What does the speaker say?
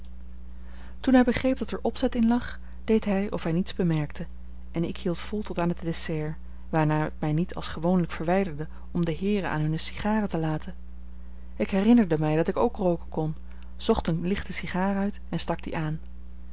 toen hij begreep dat er opzet in lag deed hij of hij niets bemerkte en ik hield vol tot aan het dessert waarna ik mij niet als gewoonlijk verwijderde om de heeren aan hunne sigaren te laten ik herinnerde mij dat ik ook rooken kon zocht eene lichte sigaar uit en stak die aan